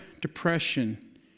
depression